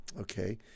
Okay